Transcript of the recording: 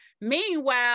Meanwhile